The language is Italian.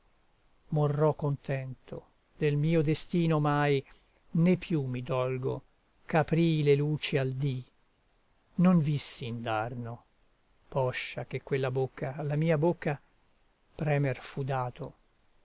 morrò contento del mio destino omai né più mi dolgo ch'aprii le luci al dì non vissi indarno poscia che quella bocca alla mia bocca premer fu dato